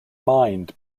mind